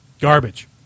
Garbage